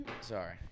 Sorry